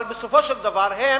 אבל בסופו של דבר הם